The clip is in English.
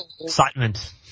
Excitement